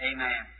Amen